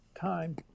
time